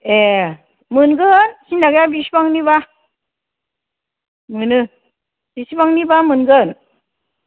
ए मोनगोन सिनथा गैया बिसिबांनिबा मोनो बिसिबांनिबा मोनगोन